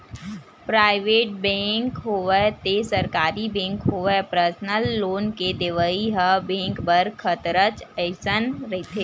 private bank होवय ते सरकारी बेंक होवय परसनल लोन के देवइ ह बेंक बर खतरच असन रहिथे